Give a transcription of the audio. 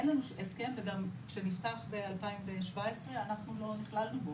אין לנו הסכם וגם כשנפתח ב-2017 אנחנו לא נכללנו בו.